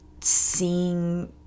seeing